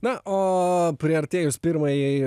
na o priartėjus pirmajai